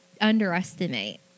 underestimate